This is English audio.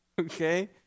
Okay